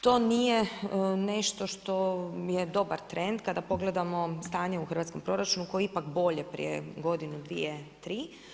To nije nešto što je dobar trend, kada pogledamo stanje u hrvatskom proračunu koje je ipak bolje prije godinu, dvije, tri.